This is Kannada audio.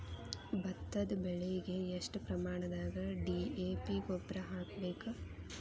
ಭತ್ತದ ಬೆಳಿಗೆ ಎಷ್ಟ ಪ್ರಮಾಣದಾಗ ಡಿ.ಎ.ಪಿ ಗೊಬ್ಬರ ಹಾಕ್ಬೇಕ?